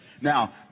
Now